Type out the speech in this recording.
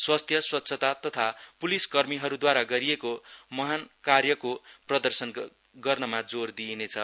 स्वास्थ्यस्वाच्छता तथा पुलिसकर्मीहरुदूवारा गरिएको महानकार्यको प्रदशर्न गर्नमा जोर दिइनेछ